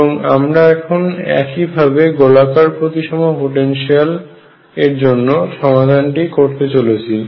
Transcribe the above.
এবং আমরা এখন এই একই ভাবে গোলাকার প্রতিসম পোটেনশিয়াল এর জন্য সমাধান করতে চলেছি